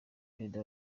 perezida